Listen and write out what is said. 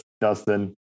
Dustin